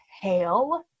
hail